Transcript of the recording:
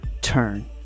turn